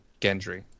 Gendry